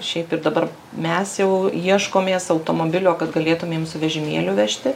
šiaip ir dabar mes jau ieškomės automobilio kad galėtumėm su vežimėliu vežti